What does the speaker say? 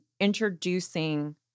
introducing